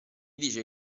dice